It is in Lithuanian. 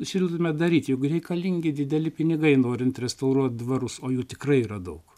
siūlytumėt daryti jeigu reikalingi dideli pinigai norint restauruoti dvarus o jų tikrai yra daug